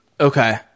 Okay